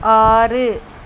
ஆறு